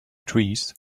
trees